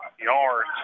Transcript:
yards